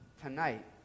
tonight